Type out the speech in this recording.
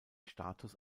status